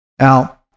Now